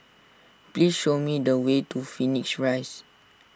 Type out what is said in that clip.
please show me the way to Phoenix Rise